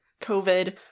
COVID